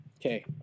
okay